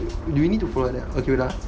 you need to